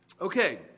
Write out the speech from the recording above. Okay